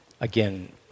Again